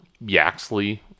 Yaxley